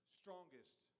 strongest